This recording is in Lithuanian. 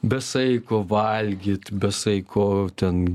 be saiko valgyt be saiko ten